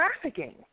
trafficking